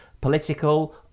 Political